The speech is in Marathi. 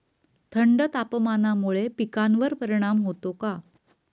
थंड तापमानामुळे पिकांवर परिणाम होतो का?